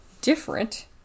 different